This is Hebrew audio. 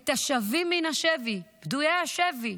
את השבים מן השבי, פדויי השבי.